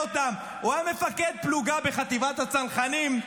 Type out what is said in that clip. אותם: הוא היה מפקד פלוגה בחטיבת הצנחנים,